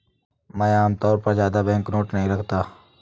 मैं आमतौर पर ज्यादा बैंकनोट नहीं रखता